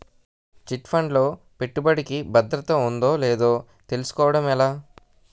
Chit fund లో పెట్టుబడికి భద్రత ఉందో లేదో తెలుసుకోవటం ఎలా?